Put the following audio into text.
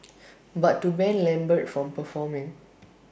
but to ban lambert from performing